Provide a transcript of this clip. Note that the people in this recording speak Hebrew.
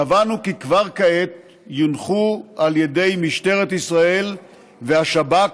קבענו כי כבר כעת יונחו על ידי משטרת ישראל והשב"כ